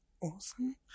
awesome